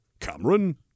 Cameron